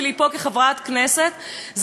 זה לשמור על מדינת ישראל,